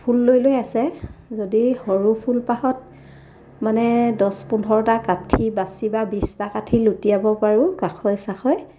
ফুল লৈ লৈ আছে যদি সৰু ফুলপাহত মানে দহ পোন্ধৰটা কাঠি বাছি বা বিছটা কাঠি লুটিয়াব পাৰোঁ কাষৈ চাষৈ